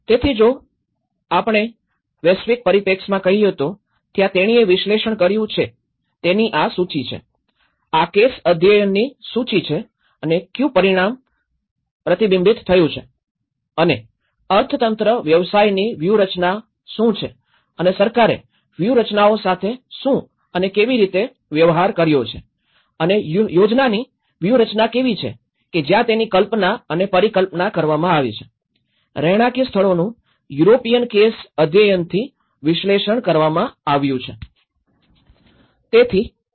તેથી જો આપણે વૈશ્વિક પરિપેક્ષમાં કહીયે તો ત્યાં તેણીએ વિશ્લેષણ કર્યું છે તેની આ સૂચિ છે આ કેસ અધ્યયનની સૂચિ છે અને કયુ પરિમાણ પ્રતિબિંબિત થયું છે અને અર્થતંત્ર વ્યવસાયની વ્યૂહરચનાઓ શું છે અને સરકારે વ્યૂહરચનાઓ સાથે શું અને કેવી રીતે વ્યવહાર કર્યો છે અને યોજનાની વ્યૂહરચના કેવી છે કે જ્યાં તેની કલ્પના અને પરીકલ્પના કરવામાં આવી છે રહેણાંકી સ્થળોનું યુરોપિયન કેસ અધ્યયનથી વિશ્લેષણ કરવામાં આવ્યું છે